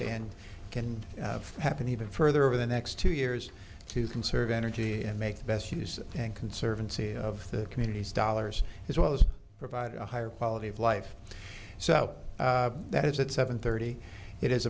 and can happen even further over the next two years to conserve energy and make the best use conservancy of the communities dollars as well as provide a higher quality of life so that is at seven thirty it is